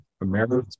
America